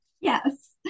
yes